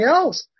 else